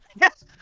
yes